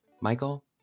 Michael